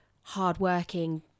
hardworking